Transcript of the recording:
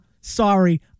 sorry